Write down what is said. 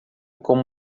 como